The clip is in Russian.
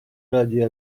ради